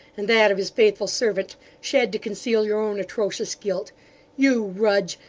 and that of his faithful servant, shed to conceal your own atrocious guilt you, rudge,